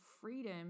freedom